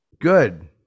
Good